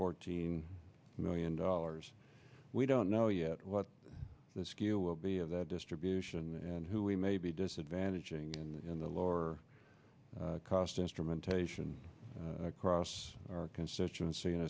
fourteen million dollars we don't know yet what the skill will be of that distribution and who we may be disadvantaging and in the lower cost instrumentation across our constituency and